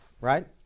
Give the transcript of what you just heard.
right